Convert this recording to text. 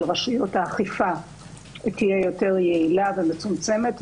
רשויות האכיפה תהיה יותר יעילה ומצומצמת,